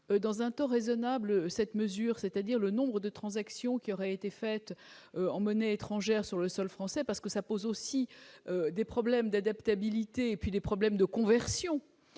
dans un temps raisonnable cette mesure, c'est-à-dire le nombre de transactions qui auraient été faites en monnaie étrangère sur le sol français parce que ça pose aussi des problèmes d'adaptabilité et puis les problèmes de conversion